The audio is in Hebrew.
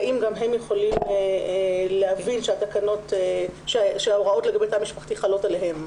האם גם הם יכולים להבין שההוראות לגבי תא משפחתי חלות עליהם?